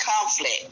conflict